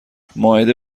مائده